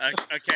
Okay